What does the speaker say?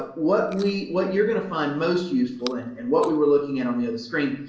but what we, what you're going to find most useful and and what we were looking at on the other screen,